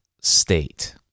state